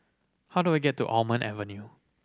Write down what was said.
how do I get to Almond Avenue